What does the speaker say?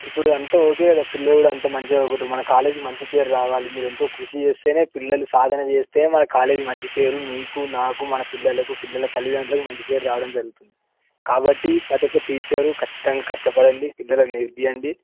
ఇప్పుడు అంతా ఓకే కదా పిల్లలు కూడా అంతా మంచిగా చదువుకుంటారు మన కాలేజీకి మంచి పేరు రావాలి మీరు ఎంతో కృషి చేస్తేనే పిల్లలు సాధన చేస్తేనే మన కాలేజ్ మంచి పేరు నీకు నాకు మన పిల్లలకు పిల్లల తల్లిదండ్రులకు మంచి పేరు రావడం జరుగుతుంది కాబట్టి ప్రతీ ఒక్క టీచరు ఖచ్చితంగా కష్టపడండి పిల్లలకు నేర్పించండి